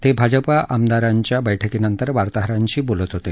ते भाजपाच्या आमदारांच्या बैठकीनंतर वार्ताहरांशी बोलत होते